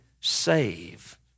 save